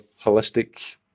holistic